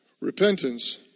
Repentance